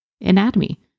anatomy